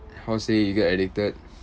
how to say you get addicted